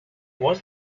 was